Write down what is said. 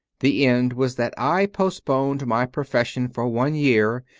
the end was that i postponed my profession for one year,